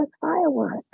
fireworks